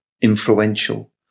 influential